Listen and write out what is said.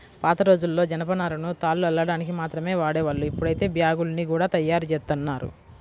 పాతరోజుల్లో జనపనారను తాళ్లు అల్లడానికి మాత్రమే వాడేవాళ్ళు, ఇప్పుడైతే బ్యాగ్గుల్ని గూడా తయ్యారుజేత్తన్నారు